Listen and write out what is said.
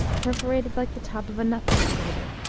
perforated like the top of a nutmeg-grater.